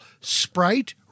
Sprite